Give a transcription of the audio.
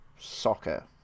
Soccer